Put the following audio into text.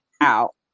out